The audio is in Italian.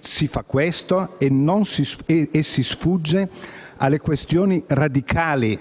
Si fa questo e si sfugge alle questioni radicali